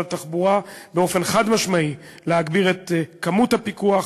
התחבורה באופן חד-משמעי להגביר את הפיקוח